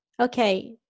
Okay